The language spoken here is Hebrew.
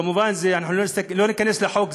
כמובן, לא ניכנס לחוק.